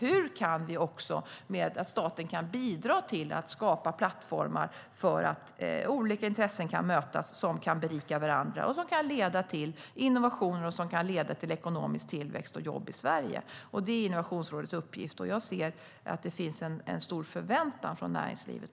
Hur kan staten bidra till att skapa plattformar där olika intressen kan mötas och berika varandra, vilket kan leda till innovationer och i förlängningen ekonomisk tillväxt och jobb i Sverige? Det är Innovationsrådets uppgift. Det finns en stor förväntan på detta från näringslivet.